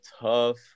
tough